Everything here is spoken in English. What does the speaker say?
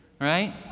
Right